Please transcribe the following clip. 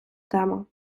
тема